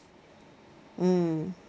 mm